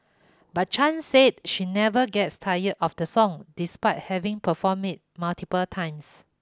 but Chan said she never gets tired of the song despite having performed it multiple times